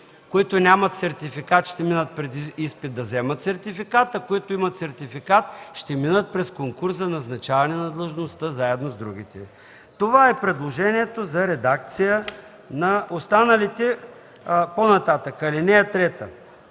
Които нямат сертификат, ще минат през изпит, за да вземат сертификат, а които имат сертификат, ще минат през конкурс за назначаване на длъжността заедно с другите. Това е предложението за редакция. По-нататък: „(3) За